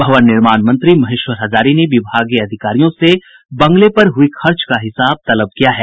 भवन निर्माण मंत्री महेश्वर हजारी ने विभागीय अधिकारियों से बंगले पर हुई खर्च का हिसाब तलब किया है